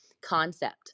concept